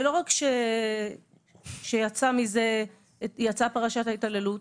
לא רק שיצאה פרשת ההתעללות,